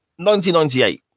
1998